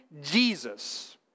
Jesus